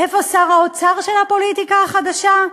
איפה שר האוצר של הפוליטיקה החדשה?